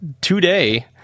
today